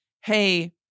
Hey